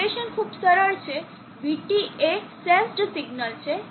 operation ખૂબ સરળ છે VT એ સેન્સ્ડ સિગ્નલ છે